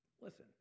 Listen